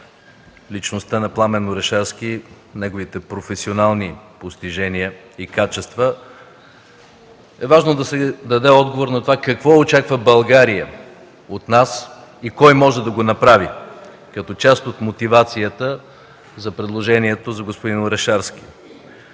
личността на Пламен Орешарски, неговите професионални постижения и качества, е важно да се даде отговор на това какво очаква България от нас и кой може да го направи, като част от мотивацията за предложението за господин Орешарски.